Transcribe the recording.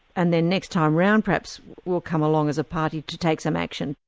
and then next time round perhaps we'll come along as a party to take some action.